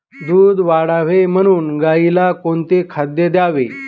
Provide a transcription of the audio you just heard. दूध वाढावे म्हणून गाईला कोणते खाद्य द्यावे?